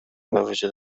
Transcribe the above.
بوجود